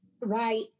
Right